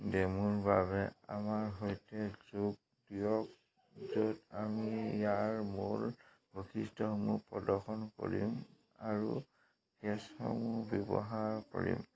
ডেমোৰ বাবে আমাৰ সৈতে যোগ দিয়ক য'ত আমি ইয়াৰ মূল বৈশিষ্ট্যসমূহ প্ৰদৰ্শন কৰিম আৰু কেছসমূহ ব্যৱহাৰ কৰিম